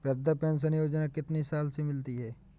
वृद्धा पेंशन योजना कितनी साल से मिलती है?